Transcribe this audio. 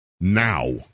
Now